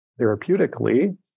therapeutically